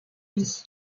vie